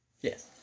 Yes